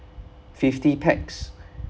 fifty pax